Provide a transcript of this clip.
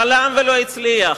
חלם ולא הצליח.